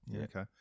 Okay